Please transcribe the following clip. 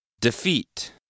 Defeat